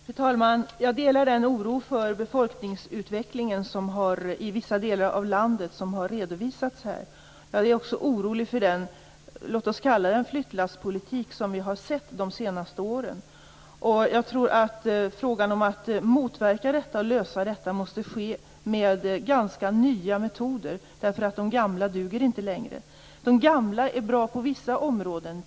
Fru talman! Jag delar den oro för befolkningsutvecklingen i vissa delar av landet som har redovisats här. Jag är också orolig för den flyttlasspolitik som vi har sett de senaste åren. Jag tror att vi måste motverka och lösa detta med ganska nya metoder. De gamla duger inte längre. De gamla är bra på vissa områden.